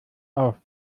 auf